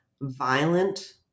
violent